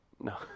No